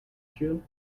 june